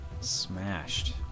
Smashed